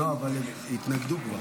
ואטורי, הגולן זה לא חלק מהנגב?